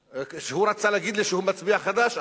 כשהוא רצה להגיד לי שהוא מצביע חד"ש,